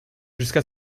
jusqu’à